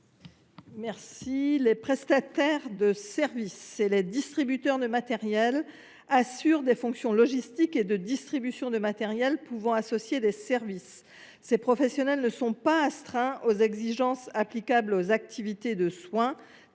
Houerou. Les prestataires de services et distributeurs de matériel (PSDM) assurent des fonctions logistiques pouvant associer des services. Ces professionnels ne sont pas astreints aux exigences applicables aux activités de soins